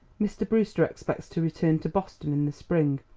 mr. brewster expects to return to boston in the spring.